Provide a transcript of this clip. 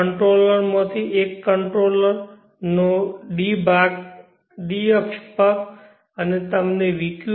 controller માં થી એક કંટ્રોલર નો d અક્ષ ભાગ તમને vq